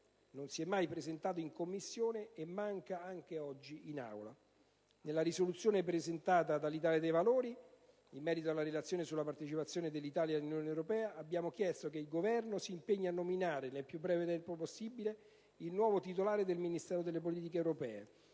non si è mai presentato in Commissione e manca anche oggi in Aula. Nella proposta di risoluzione presentata dall'Italia dei Valori in merito alla Relazione sulla partecipazione dell'Italia alla Unione europea abbiamo chiesto che il Governo si impegni a nominare, nel più breve tempo possibile, il nuovo titolare del Ministero per le politiche europee,